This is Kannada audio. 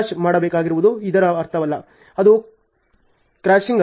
ಆದ್ದರಿಂದ ನಾನು ಕ್ರ್ಯಾಶ್ ಮಾಡಬೇಕಾಗಿರುವುದು ಇದರ ಅರ್ಥವಲ್ಲ ಅದು ಕ್ರ್ಯಾಶಿಂಗ್ ಅಲ್ಲ